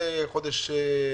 ממארס.